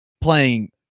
playing